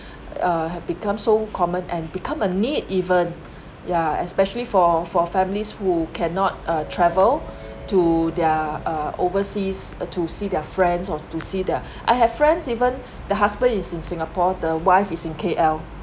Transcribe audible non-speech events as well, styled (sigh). uh have become so common and become a need even ya especially for for families who cannot uh travel to their uh overseas to see their friends or to see their (breath) I have friends even the husband is in singapore the wife is in K_L